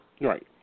right